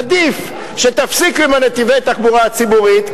עדיף שתפסיקו עם נתיבי התחבורה הציבורית,